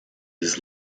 his